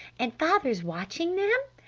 and father's watching them?